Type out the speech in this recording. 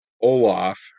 Olaf